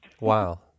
Wow